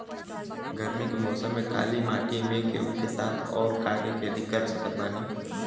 गरमी के मौसम में काली माटी में गेहूँ के साथ और का के खेती कर सकत बानी?